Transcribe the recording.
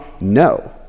no